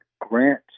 Grant